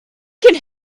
can